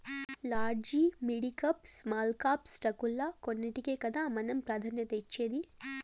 large, midcap, small cap స్టాకుల్ల కొన్నింటికే కదా మనం ప్రాధాన్యతనిచ్చేది